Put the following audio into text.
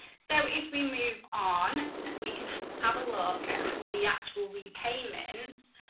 so if we move on and we can have a look at the actual repay ments.